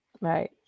Right